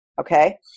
okay